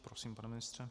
Prosím, pane ministře.